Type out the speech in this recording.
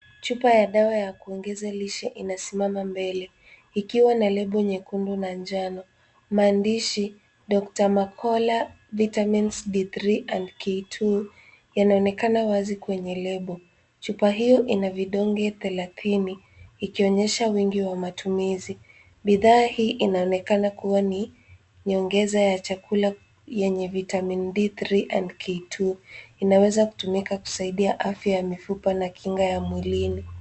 Chupa ya dawa ya kuongeza lishe inasimama mbele ikiwa na lebo nyekundu na njano. Maandishi Dr.Mercola Vitamins D3 & K2 yanaonekana wazi kwenye lebo. Chupa hiyo ina vidonge thelathini ikionyesha wingi wa matumizi. Bidhaa hii inaonekana kuwa ni nyongezo ya chakula yenye vitamin D3 and K2.Inaweza kutumika kusaidia afya ya mifupa na kinga ya mwilini.